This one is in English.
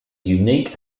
unique